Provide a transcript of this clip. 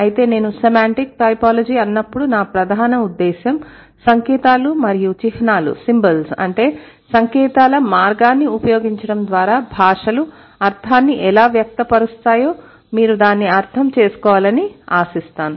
అయితే నేను semantic typology అన్నప్పుడు నా ప్రధాన ఉద్దేశం సంకేతాలు మరియు చిహ్నాలు అంటే సంకేతాల మార్గాన్ని ఉపయోగించడం ద్వారా భాషలు అర్థాన్ని ఎలా వ్యక్త పరుస్తాయో మీరు దానిని అర్థం చేసుకోవాలని ఆశిస్తాను